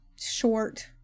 short